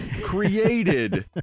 created